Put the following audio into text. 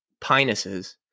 pinuses